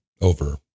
over